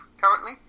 currently